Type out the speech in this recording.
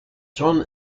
jon